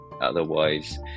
Otherwise